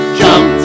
jump